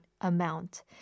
amount